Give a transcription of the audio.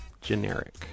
Generic